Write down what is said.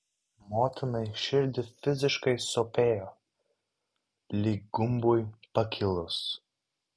motinai širdį fiziškai sopėjo lyg gumbui pakilus